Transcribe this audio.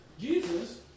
Jesus